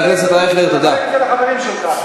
את החברים שלך.